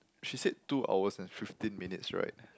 she said two hours and fifteen minutes right